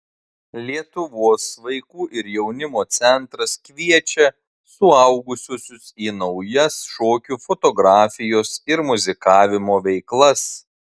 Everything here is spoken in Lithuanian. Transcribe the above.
lietuvos vaikų ir jaunimo centras kviečia suaugusiuosius į naujas šokių fotografijos ir muzikavimo veiklas